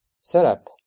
setup